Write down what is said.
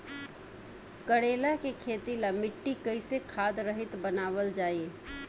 करेला के खेती ला मिट्टी कइसे खाद्य रहित बनावल जाई?